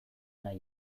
nahi